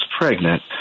pregnant